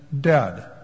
dead